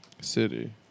City